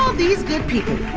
um these good people.